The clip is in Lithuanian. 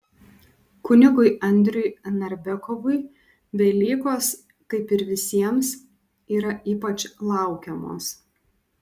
kunigui andriui narbekovui velykos kaip ir visiems yra ypač laukiamos